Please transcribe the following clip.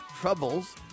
troubles